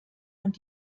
und